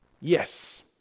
Yes